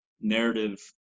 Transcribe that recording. narrative